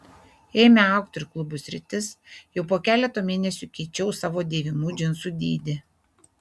ėmė augti ir klubų sritis jau po keleto mėnesių keičiau savo dėvimų džinsų dydį